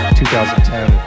2010